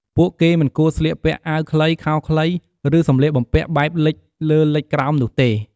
ពួកគេ មិនគួរស្លៀកពាក់អាវខ្លី ខោខ្លី ឬសម្លៀកបំពាក់បែបលិចលើលិចក្រោមនុះទេ។